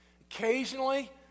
Occasionally